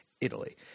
Italy